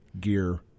Gear